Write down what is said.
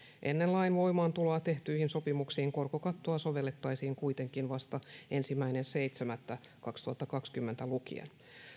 ennen lain voimaantuloa tehtyihin sopimuksiin korkokattoa sovellettaisiin kuitenkin vasta ensimmäinen seitsemättä kaksituhattakaksikymmentä lukien